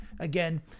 again